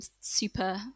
super